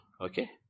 Okay